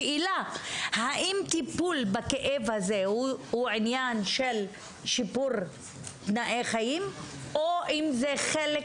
השאלה היא אם טיפול בכאב הזה הוא עניין של שיפור תנאי חיים או אם זה חלק